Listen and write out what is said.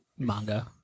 Manga